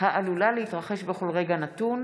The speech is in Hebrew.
העלולה להתרחש בכל רגע נתון.